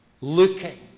looking